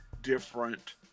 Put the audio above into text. different